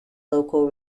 local